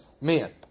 men